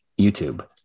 YouTube